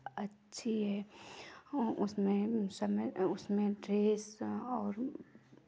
अच्छी है ओ उसमें समय उसमें ड्रेस और